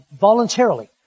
voluntarily